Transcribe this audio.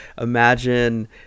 Imagine